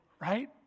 right